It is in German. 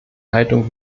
haltung